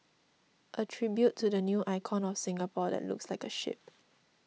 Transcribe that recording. a tribute to the new icon of Singapore that looks like a ship